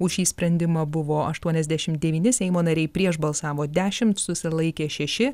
už šį sprendimą buvo aštuoniasdešim devyni seimo nariai prieš balsavo dešimt susilaikė šeši